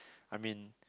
I mean